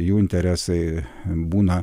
jų interesai būna